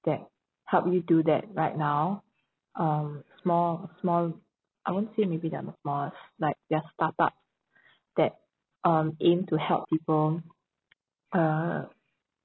that help you do that right now um small small I won't say maybe they are small like they are startup that um aim to help people uh